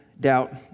doubt